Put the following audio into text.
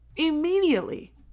Immediately